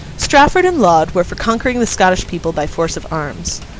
strafford and laud were for conquering the scottish people by force of arms.